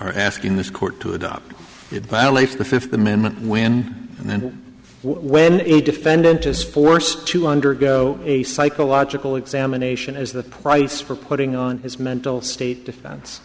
are asking this court to adopt it but only if the fifth amendment when and when a defendant is forced to undergo a psychological examination as the price for putting on his mental state defense